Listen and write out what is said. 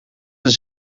zijn